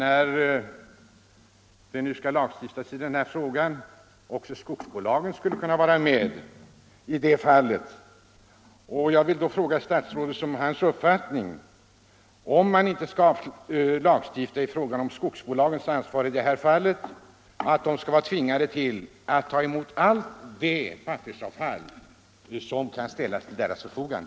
Är statsrådet överens med mig om att man i lag bör slå fast skogsbolagens ansvar då det gäller att vidareförädla allt det pappersavfall som kan ställas till deras förfogande?